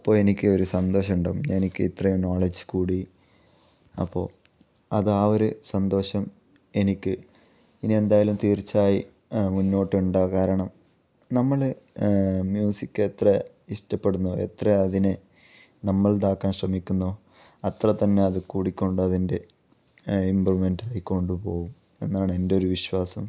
അപ്പോൾ എനിക്കൊരു സന്തോഷം ഉണ്ടാവും എനിക്ക് ഇത്ര നോളെജ് കൂടി അപ്പോൾ അത് ആ ഒരു സന്തോഷം എനിക്ക് ഇനി എന്തായാലും തീർച്ചയായി മുന്നോട്ട് ഉണ്ടാവും കാരണം നമ്മൾ മ്യൂസിക് എത്ര ഇഷ്ടപ്പെടുന്നോ എത്ര അതിനെ നമ്മളുടേതാക്കാൻ ശ്രമിക്കുന്നോ അത്ര തന്നെ അത് കൂടിക്കൊണ്ട് അതിൻ്റെ ഇമ്പ്രൂവ്മെന്റ് ആയിക്കോണ്ട് പോവും എന്നാണ് എൻറെ ഒരു വിശ്വാസം